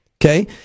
okay